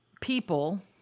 people